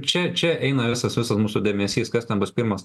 čia čia eina visas visas mūsų dėmesys kas ten bus pirmas